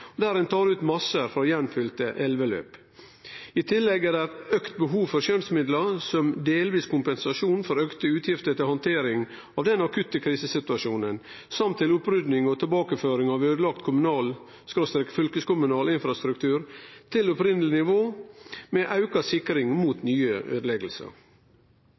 og der ein tar ut massar frå gjenfylte elveløp. I tillegg er det eit auka behov for skjønnsmidlar som delvis kompensasjon for auka utgifter til handtering av den akutte krisesituasjonen og til opprydding og tilbakeføring av øydelagd kommunal/fylkeskommunal infrastruktur til opphavleg nivå, med auka sikring mot nye